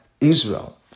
Israel